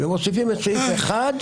והם מוסיפים את סעיף 1,